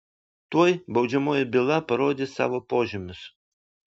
tuoj baudžiamoji byla parodys savo požymius